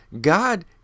god